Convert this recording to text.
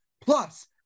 Plus